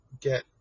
get